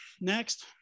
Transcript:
Next